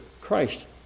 Christ